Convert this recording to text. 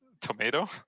Tomato